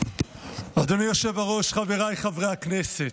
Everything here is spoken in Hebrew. אדוני היושב-ראש, חבריי חברי הכנסת,